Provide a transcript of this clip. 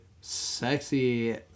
sexy